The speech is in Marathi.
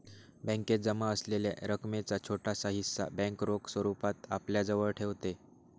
बॅकेत जमा असलेल्या रकमेचा छोटासा हिस्सा बँक रोख स्वरूपात आपल्याजवळ ठेवते